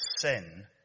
sin